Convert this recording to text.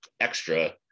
extra